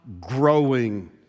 growing